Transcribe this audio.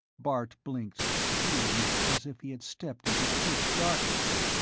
bart blinked, feeling as if he had stepped into pitch darkness.